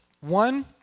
One